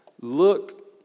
look